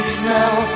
smell